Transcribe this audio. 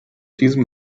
diesem